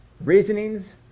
reasonings